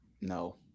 No